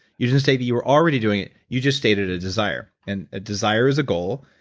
you didn't say that you were already doing it. you just stated a desire and a desire is a goal.